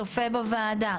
צופה בוועדה,